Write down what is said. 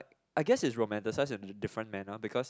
I guess is romantacised such as different manner because